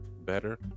better